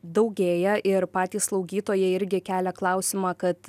daugėja ir patys slaugytojai irgi kelia klausimą kad